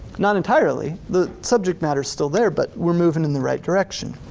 not entirely, the subject matter's still there but we're moving in the right direction.